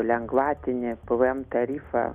lengvatinį pvm tarifą